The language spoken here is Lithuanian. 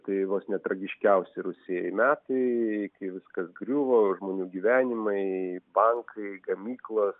tai vos ne tragiškiausi rusijai metai kai viskas griuvo žmonių gyvenimai bankai gamyklos